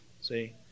See